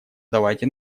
давайте